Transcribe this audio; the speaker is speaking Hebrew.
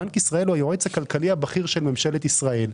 בנק ישראל הוא היועץ הכלכלי הבכיר של ממשלת ישראל.